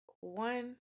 one